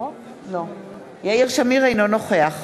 אינו נוכח